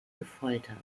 gefoltert